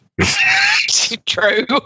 true